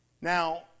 Now